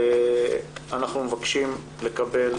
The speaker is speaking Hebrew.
אנחנו מבקשים לקבל